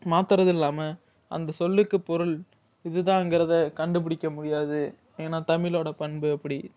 மாற்றுறது இல்லாமல் அந்த சொல்லுக்கு பொருள் இதுதாங்கிறதை கண்டுபிடிக்க முடியாது ஏன்னா தமிழோட பண்பு அப்படி